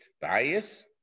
bias